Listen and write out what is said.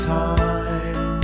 time